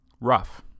rough